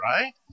right